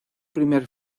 primer